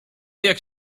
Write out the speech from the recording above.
jak